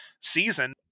season